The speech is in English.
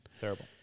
Terrible